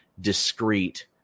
discreet